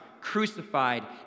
crucified